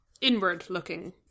inward-looking